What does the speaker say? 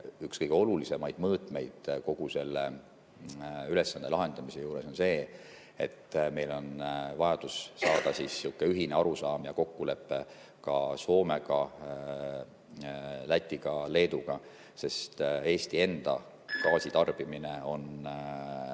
üks kõige olulisemaid mõõtmeid kogu selle ülesande lahendamise juures on see, et meil on vajadus saada ühine arusaam ja kokkulepe ka Soome, Läti ja Leeduga, sest Eesti enda gaasitarbimine on